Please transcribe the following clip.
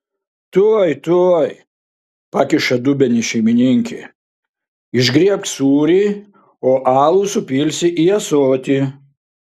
tuoj tuoj pakiša dubenį šeimininkė išgriebk sūrį o alų supilsi į ąsotį